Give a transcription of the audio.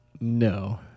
no